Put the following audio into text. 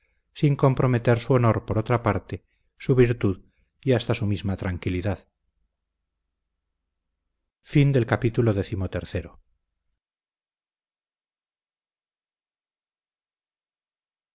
sin comprometer su honor por otra parte su virtud y hasta su misma tranquilidad